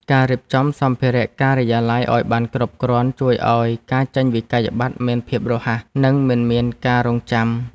ការរៀបចំសម្ភារ:ការិយាល័យឱ្យបានគ្រប់គ្រាន់ជួយឱ្យការចេញវិក្កយបត្រមានភាពរហ័ស និងមិនមានការរង់ចាំ។